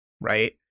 right